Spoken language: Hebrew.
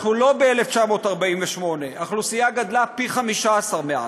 אנחנו לא ב-1948, האוכלוסייה גדלה פי 15 מאז.